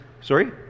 sorry